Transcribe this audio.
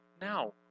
now